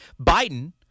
Biden